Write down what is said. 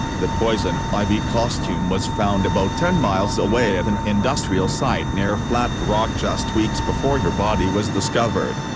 the poison ivy costume was found about ten miles away at an industrial site near flat rock just weeks before her body was discovered.